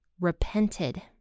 repented